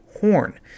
Horn